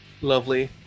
lovely